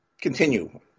continue